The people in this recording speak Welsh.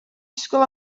disgwyl